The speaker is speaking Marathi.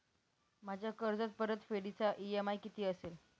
माझ्या कर्जपरतफेडीचा इ.एम.आय किती असेल?